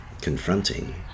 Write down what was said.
confronting